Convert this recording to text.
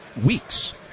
weeks